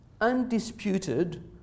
undisputed